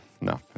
No